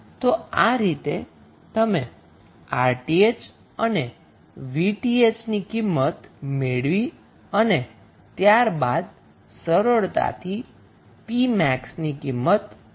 તો આ રીતે તમે 𝑅𝑡ℎ અને 𝑉𝑡ℎ ની કિંમત મેળવી અને ત્યારબાદ સરળતાથી p max ની કિંમત મેળવી શકીએ છીએ